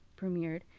premiered